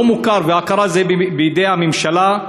לא מוכר והכרה, זה בידי הממשלה,